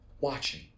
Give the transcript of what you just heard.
watching